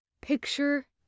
Picture